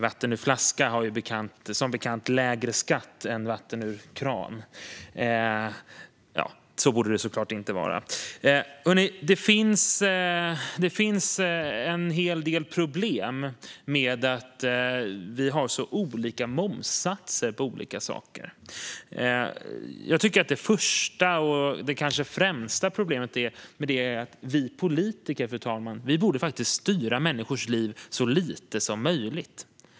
Vatten på flaska har som bekant lägre skatt än vatten ur kran. Men så borde det såklart inte vara. Det finns en hel del problem med de olika momssatser vi har på olika saker. Det första och kanske främsta problemet med detta är att vi politiker borde styra människors liv så lite som möjligt.